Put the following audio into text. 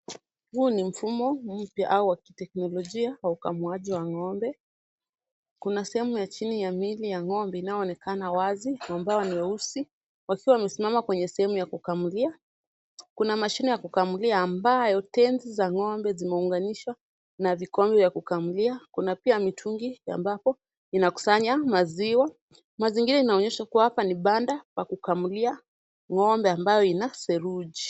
Huu ni mfumo mpya au wa kiteknolojia wa ukamuaji wa ng'ombe. Kuna sehemu ya chini ya miili ya ng'ombe inayoonekana wazi, ambao ni weusi, wakiwa wamesimama kwenye sehemu ya kukamulia. Kuna mashine ya kukamulia ambayo tezi za ng'ombe zimeunganishwa na vikombe vya kukamulia kuna pia mitungi ambapo inakusanya maziwa. Mazingira inaonyesha kwamba hapa ni banda pa kukamulia ng'ombe ambayo ina seruji.